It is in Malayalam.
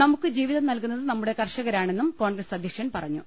നമുക്ക് ജീവിതം നൽകു ന്നത് നമ്മുടെ കർഷകരാണെന്നും കോൺഗ്രസ് അധ്യക്ഷൻ പറ ഞ്ഞു